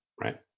Right